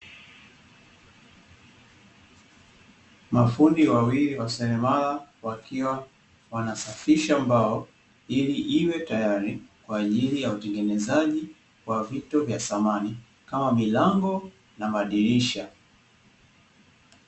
Mafundi wawili wa seremala wakiwa wanasafisha mbao, ili iwe tayari kwa ajili ya utengenezaji wa vitu vya samani kama milango na madirisha.